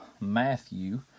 Matthew